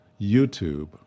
YouTube